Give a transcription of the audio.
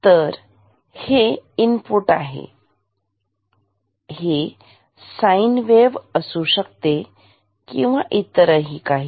तर हे इनपुट आहे हे साईन वेव्ह असू शकते किंवा इतरही काही